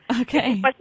Okay